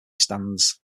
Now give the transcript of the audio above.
stands